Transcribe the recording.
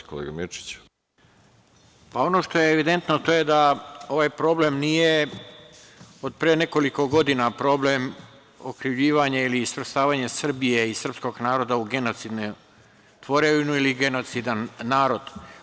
Ono što je evidentno to je da ovaj problem nije od pre nekoliko godina, problem okrivljivanja ili svrstavanje Srbije i srpskog naroda u genocidnu tvorevinu ili genocidan narod.